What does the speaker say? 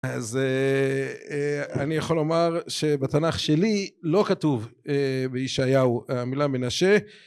אז אני יכול לומר שבתנ״ך שלי לא כתוב בישעיהו המילה מנשה